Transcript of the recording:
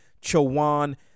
Chowan